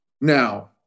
Now